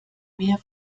mehr